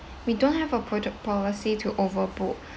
we don't have a proto~ policy to overbook